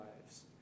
lives